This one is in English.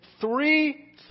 three